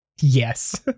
Yes